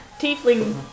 tiefling